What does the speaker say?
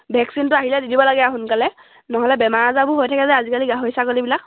ভেকচিনটো আহিলে দিব লাগে আৰু সোনকালে নহ'লে বেমাৰ আজাৰবোৰ হৈ থাকে যে আজিকালি গাহৰি ছাগলীবিলাক